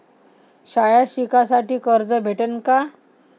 शाळा शिकासाठी कर्ज भेटन का?